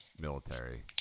military